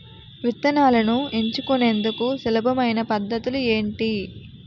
విత్తనాలను ఎంచుకునేందుకు సులభమైన పద్ధతులు ఏంటి?